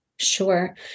Sure